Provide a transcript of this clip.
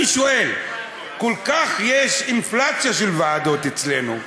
אני שואל: יש כזאת אינפלציה של ועדות אצלנו,